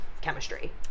chemistry